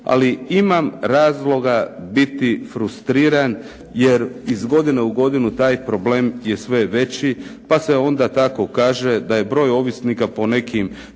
ali imam razloga biti frustriran, jer iz godine u godinu taj problem je sve veći. Pa se onda tako kaže da je broj ovisnika po nekim